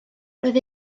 roedd